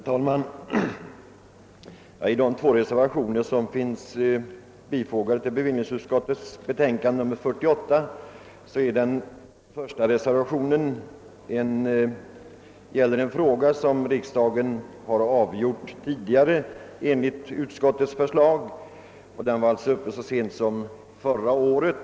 Herr talman! Av de två reservationer som finns fogade vid bevillningsut skottets betänkande nr 48 gäller den första reservationen en fråga som riksdagen har avgjort tidigare i enlighet med utskottets förslag och som var uppe till behandling så sent som förra året.